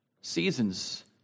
seasons